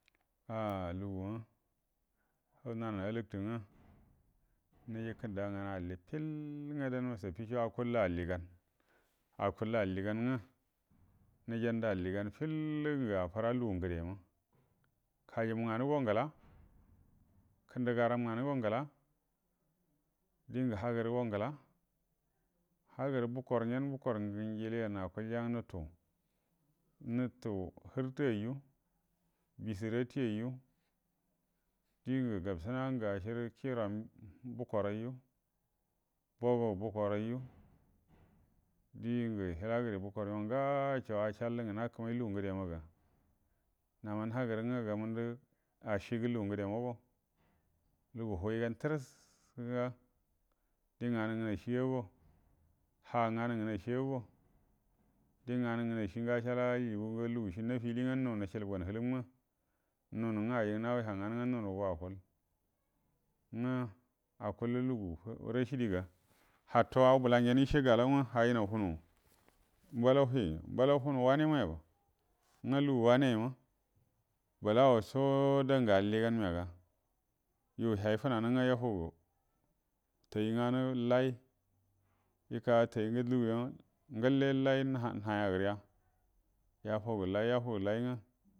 Ah lugu’a hau nanəanə alaktəngwə nəjie kəndoga nganə alli fiel ngwə nduco akuellə alligan, akuəllə lligangwə nəjandu alligan fidlə gə affəra lugu ngəde ma kajəmu nganə go ngəla kəndagaram nganu ngəla ndəngu həgərə go ngəla, hugərə bukor gyen bukor njiliyen akuəlja ngə nutu nutu hərtəyyu, miesaratiyyu, dəngə gabsəna ngə acierə bukor ayyu buguə bukor ayyu, dəngə hiela gərie bukor yuo ngaco acəal rəngə ngkə may lugu ngəmaga nama nagərə ngwə ngaməndə aciegə lugu ngəde mago, lugu huiguigan təris ga die nganu ngana cie ago ha ngo ha ngana cie agu die nga ni ngacəa cie aji lugu ciə nafilingə nu nəcəl bu gan hələm ngwə nunə go alkuəl akuəl rə lugu rashidie ga huto au bəla gyen yəce galau ngə haynaw fənə, mballau hie mbalaw fənə wanə m’a yaba, ngə lugu wane yuma bəlu bən co dun ngə alligan mbaga, yu hai fənanə ngwə yafugu tay nganə lay, yə kaga tay ngə lugu yuo ngallə lay nahay a gərə ya, yafuguə lay yafugulama.